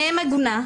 מ' עגונה,